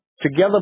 together